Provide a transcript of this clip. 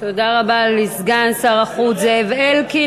תודה לסגן שר החוץ זאב אלקין.